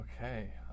Okay